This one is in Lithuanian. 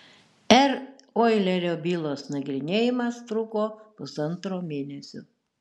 r oilerio bylos nagrinėjimas truko pusantro mėnesio